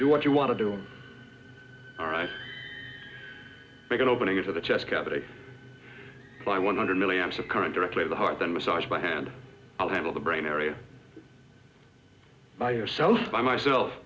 do what you want to do all right make an opening into the chest cavity by one hundred millions of current directly to the heart then massage my hand a little the brain area by yourself by myself